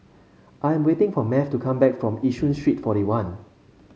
I'm waiting for Math to come back from Yishun Street Forty one